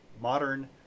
modern